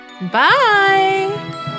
Bye